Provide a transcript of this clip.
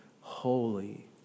holy